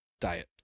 diet